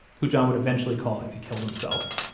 who john would eventually call as he killed himself.